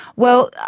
well,